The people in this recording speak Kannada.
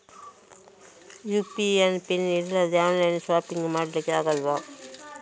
ಯು.ಪಿ.ಐ ಪಿನ್ ಇಲ್ದೆ ಆನ್ಲೈನ್ ಶಾಪಿಂಗ್ ಮಾಡ್ಲಿಕ್ಕೆ ಆಗ್ತದಾ?